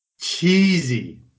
cheesy